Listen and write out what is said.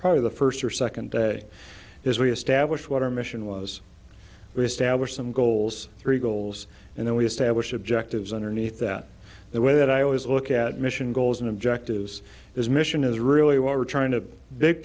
probably the first or second day is we establish what our mission was risto were some goals three goals and then we established objectives underneath that the way that i always look at mission goals and objectives is mission is really what we're trying to big